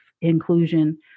inclusion